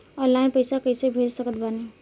Online पैसा कैसे भेज सकत बानी?